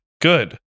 Good